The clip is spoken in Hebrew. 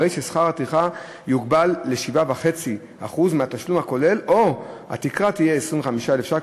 הרי ששכר הטרחה יוגבל ל-7.5% מהתשלום הכולל או לתקרה שתהיה 25,000 ש"ח,